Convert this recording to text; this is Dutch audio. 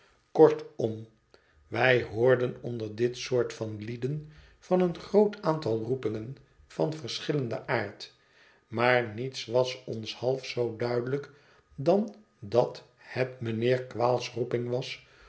kortom wij hoorden onder dit soort van lieden van een groot aantal roepingen van verschillenden aard maar niets was ons half zoo duidelijk dan dat het mijnheer quale's roeping was